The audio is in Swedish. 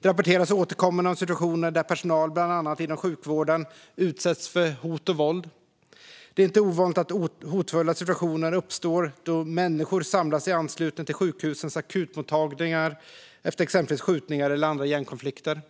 Det rapporteras återkommande om situationer där personal inom bland annat sjukvården utsätts för hot och våld. Det är inte ovanligt att hotfulla situationer uppstår då människor samlas i anslutning till sjukhusens akutmottagningar efter exempelvis skjutningar eller andra gängkonflikter.